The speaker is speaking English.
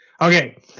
Okay